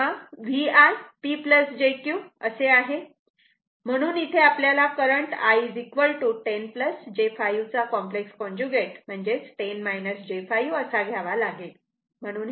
तेव्हा v i P j Q असे आहे म्हणून इथे आपल्याला करंट I 10 j 5 चा कॉम्प्लेक्स कॉन्जुगेट 10 j 5 असा घ्यावा लागेल